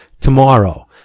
tomorrow